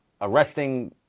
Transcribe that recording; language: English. arresting